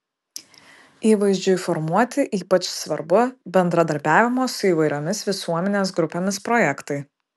įvaizdžiui formuoti ypač svarbu bendradarbiavimo su įvairiomis visuomenės grupėmis projektai